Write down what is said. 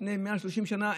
לפני 130 שנה,